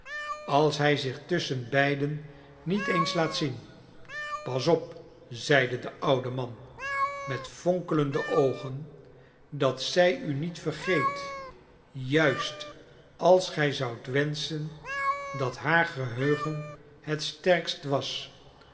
als hij zich tusschenbeiden niet eens laat zien pas op zeide de oude man met fonkelende oogen dat zij u niet vergeet juist als gij zoudt wenschen dat haar geheugen het sterkst was